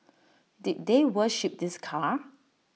did they worship this car